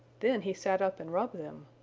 then he sat up and rubbed them.